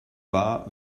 wahr